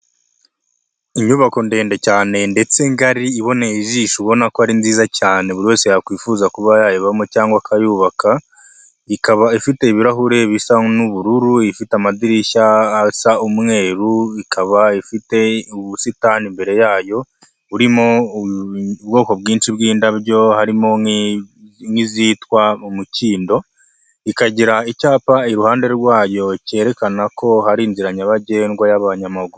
Inyubako ndende cyane ndetse ngari, iboneye ijisho ubona ko ari nziza cyane buri wese yakwifuza kuba yayibamo cyangwa akayubaka. Ikaba ifite ibirahure bisa n'ubururu, ifite amadirishya asa umweru. Ikaba ifite ubusitani imbere yayo buririmo ubwoko bwinshi bw'indabyo harimo nk'izitwa umukindo, ikagira icyapa iruhande rwayo cyerekana ko hari inzira nyabagendwa y'abanyamaguru.